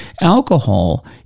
alcohol